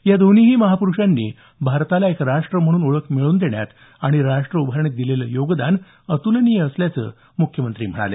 या दोन्हीही महापुरुषांनी भारताला एक राष्ट्र म्हणून ओळख मिळवून देण्यात आणि राष्ट्र उभारणीत दिलेलं योगदान अतुलनीय असल्याचं मुख्यमंत्री यावेळी म्हणाले